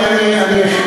אני אשיב,